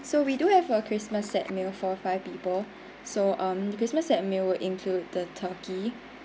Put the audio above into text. so we do have a christmas set meal for five people so um christmas set meal would include the turkey